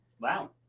Wow